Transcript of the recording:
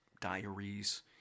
diaries